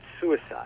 suicide